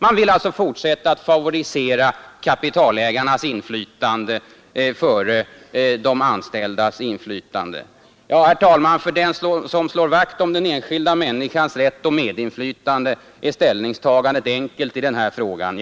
Man vill alltså fortsätta att favorisera kapitalägarnas inflytande före de anställdas inflytande. Herr talman! För den som slår vakt om den enskilda människans rätt och medinflytande är ställningstagandet enkelt i den här frågan.